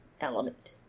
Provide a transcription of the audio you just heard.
element